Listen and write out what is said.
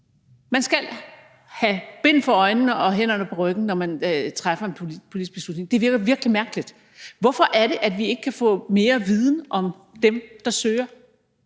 Man skal have bind for øjnene og hænderne på ryggen, når man træffer en politisk beslutning; det virker virkelig mærkeligt. Hvorfor er det, at vi ikke kan få mere viden om dem, der søger?